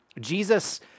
Jesus